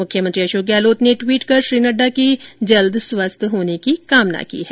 मुख्यमंत्री अशोक गहलोत ने ट्वीट कर श्री नड्डा के जल्द स्वस्थ होने की कामना की है